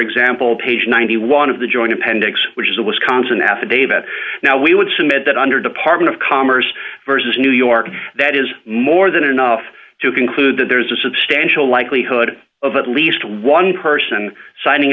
example page ninety one dollars of the joint appendix which is the wisconsin affidavit now we would submit that under department of commerce versus new york that is more than enough to conclude that there is a substantial likelihood of at least one person signing